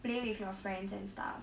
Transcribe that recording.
play with your friends and stuff